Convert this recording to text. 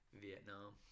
Vietnam